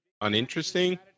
uninteresting